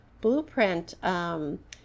blueprint –